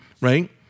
right